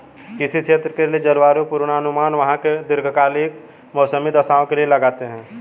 किसी क्षेत्र के लिए जलवायु पूर्वानुमान वहां की दीर्घकालिक मौसमी दशाओं से लगाते हैं